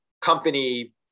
company